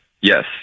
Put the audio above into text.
Yes